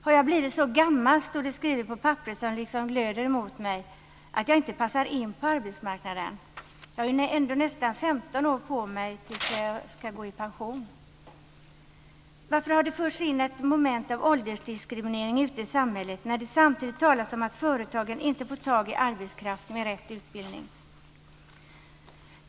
Har jag blivit så gammal att jag inte passar in på arbetsmarknaden, jag har ju ändå nästa 15 år på mig tills jag ska gå i pension, står det skrivet på papperet som liksom glöder emot mig. Varför har det förts in ett moment av åldersdiskriminering ute i samhället, när det samtidigt talas om att företagen inte får tag i arbetskraft med rätt utbildning.